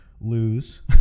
Lose